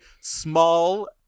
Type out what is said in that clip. small